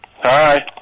Hi